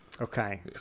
Okay